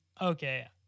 Okay